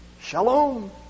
Shalom